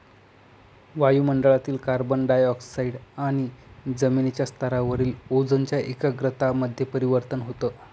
वायु मंडळातील carbon dioxide आणि जमिनीच्या स्तरावरील ओझोनच्या एकाग्रता मध्ये परिवर्तन होतं